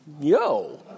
Yo